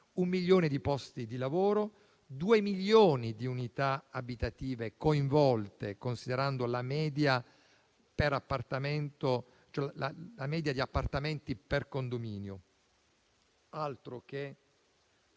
un milione di posti di lavoro; 2 milioni di unità abitative coinvolte, considerando la media di appartamenti per condominio (altro che